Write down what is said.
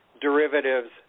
derivatives